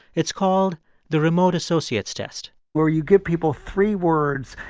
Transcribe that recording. it's called the remote associates test where you give people three words,